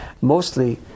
Mostly